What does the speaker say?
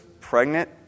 pregnant